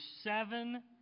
seven